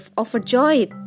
overjoyed